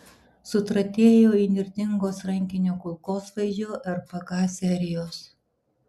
sutratėjo įnirtingos rankinio kulkosvaidžio rpk serijos